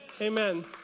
Amen